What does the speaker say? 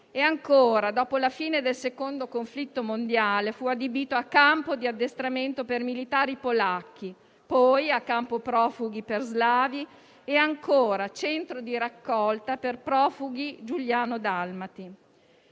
Dopo la fine del Secondo conflitto mondiale, fu adibito a campo di addestramento per militari polacchi, poi a campo profughi per slavi e, ancora, a centro di raccolta per profughi giuliano-dalmati.